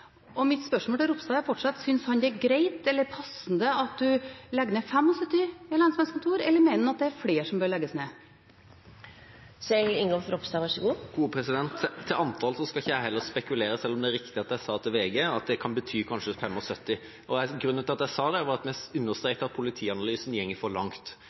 direktoratet. Mitt spørsmål til Ropstad er fortsatt: Synes han det er greit, eller passende, at en legger ned 75 lensmannskontor, eller mener han at flere bør legges ned? Jeg skal heller ikke spekulere om antallet, selv om det er riktig at jeg sa til VG at det kan bety kanskje 75. Grunnen til at jeg sa det, var at vi understreket at politianalysen går for langt.